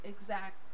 exact